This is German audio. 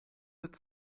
wird